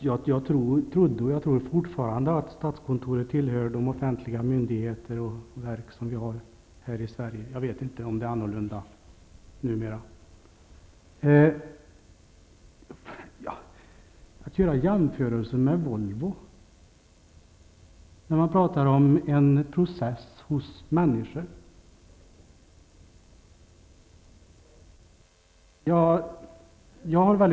Herr talman! Jag trodde och tror fortfarande att statskontoret tillhör de offentliga myndigheter och verk som finns i Sverige. Jag vet inte om det är annorlunda numera. Man pratar om en process hos människor och gör jämförelser med Volvo.